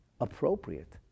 appropriate